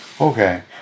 Okay